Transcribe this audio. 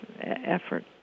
effort